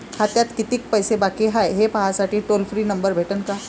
खात्यात कितीकं पैसे बाकी हाय, हे पाहासाठी टोल फ्री नंबर भेटन का?